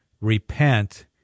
repent